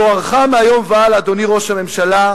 תוארך מהיום והלאה, אדוני ראש הממשלה,